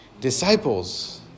disciples